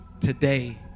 today